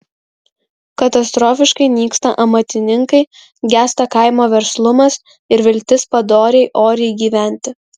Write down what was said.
katastrofiškai nyksta amatininkai gęsta kaimo verslumas ir viltis padoriai oriai gyventi